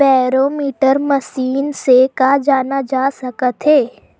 Barometer machine से का जाना जा सकत हे?